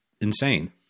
insane